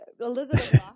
Elizabeth